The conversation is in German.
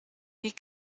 die